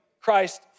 Christ